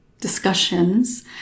discussions